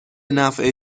نفع